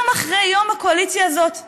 יום אחרי יום הקואליציה הזאת גונבת,